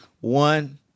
One